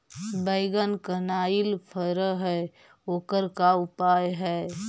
बैगन कनाइल फर है ओकर का उपाय है?